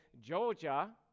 Georgia